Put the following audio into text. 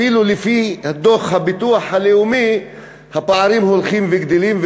אפילו לפי דוח הביטוח הלאומי הפערים הולכים וגדלים.